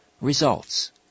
results